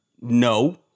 No